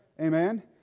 Amen